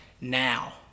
now